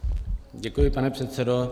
Děkuji, pane předsedo.